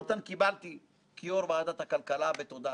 מצוות הייעוץ המשפטי של ועדת הכלכלה,